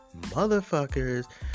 motherfuckers